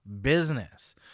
business